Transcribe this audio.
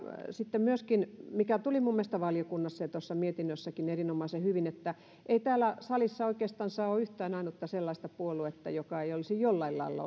sitten myöskin mikä tuli mielestäni valiokunnassa ja tuossa mietinnössäkin erinomaisen hyvin ei täällä salissa oikeastansa ole yhtään ainutta sellaista puoluetta joka ei olisi jollain lailla